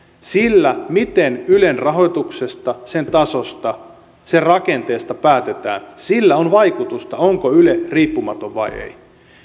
sillä miten ylen rahoituksesta sen tasosta sen rakenteesta päätetään on vaikutusta onko yle riippumaton vai ei